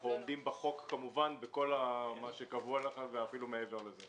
אנחנו עומדים בחוק כמובן בכל מה שקבוע ואפילו מעבר לזה.